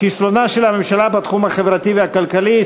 כישלונה של הממשלה בתחום החברתי והכלכלי,